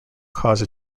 cause